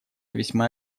весьма